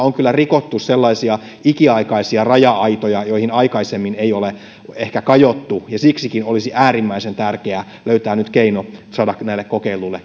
on kyllä rikottu sellaisia ikiaikaisia raja aitoja joihin aikaisemmin ei ole ehkä kajottu ja siksikin olisi nyt äärimmäisen tärkeää löytää keino saada näille kokeiluille